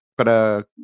para